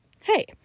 hey